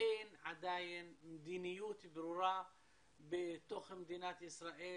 אין עדיין מדיניות ברורה בתוך מדינת ישראל